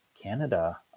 Canada